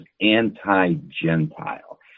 anti-Gentile